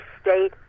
state